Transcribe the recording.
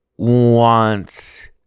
wants